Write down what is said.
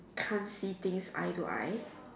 can't see things eye to eye